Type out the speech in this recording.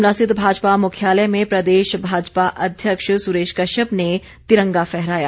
शिमला स्थित भाजपा मुख्यालय में प्रदेश भाजपा अध्यक्ष सुरेश कश्यप ने तिरंगा फहराया